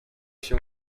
się